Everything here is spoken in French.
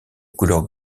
couleur